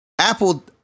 Apple